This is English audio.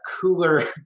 cooler